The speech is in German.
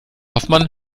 hoffmann